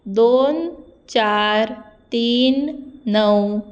दोन चार तीन णव